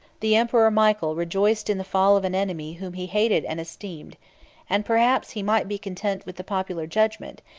the emperor michael rejoiced in the fall of an enemy whom he hated and esteemed and perhaps he might be content with the popular judgment,